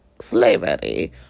slavery